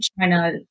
China